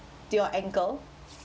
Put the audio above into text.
to your ankle